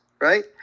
Right